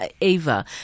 Ava